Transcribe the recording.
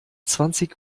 zwanzig